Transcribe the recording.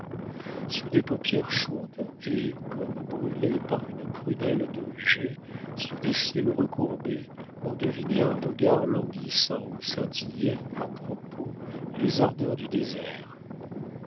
sous des paupières chaudes et comme brûlées par une prunelle de jais sous des cils recourbés on devinait un regard languissant où scintillaient à propos les ardeurs du désert